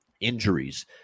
injuries